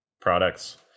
products